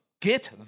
Get